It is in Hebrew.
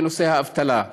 זה נושא האבטלה,